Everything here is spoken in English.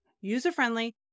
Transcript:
user-friendly